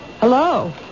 Hello